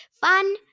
Fun